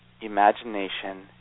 imagination